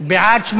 עתיד.